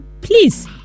please